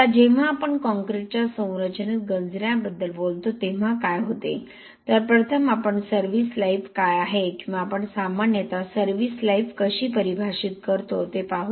आता जेव्हा आपण काँक्रीटच्या संरचनेत गंजण्याबद्दल बोलतो तेव्हा काय होते तर प्रथम आपण सर्व्हिस लाइफ काय आहे किंवा आपण सामान्यतः सर्व्हिस लाइफ कशी परिभाषित करतो ते पाहू